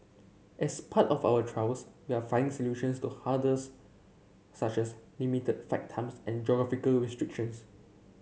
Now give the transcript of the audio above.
as part of our trials we are finding solutions to hurdles such as limited flight times and geographical restrictions